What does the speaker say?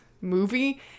movie